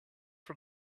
for